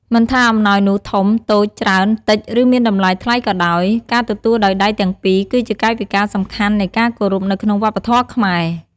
មិនថាអំណោយនោះ ធំ តូច ច្រើន តិច ឬមានតម្លៃថ្លៃក៏ដោយ ការទទួលដោយដៃទាំងពីរគឺជាកាយវិការសំខាន់នៃការគោរពនៅក្នុងវប្បធម៌ខ្មែរ។